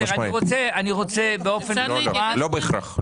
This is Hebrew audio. לא בהכרח.